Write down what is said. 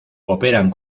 operan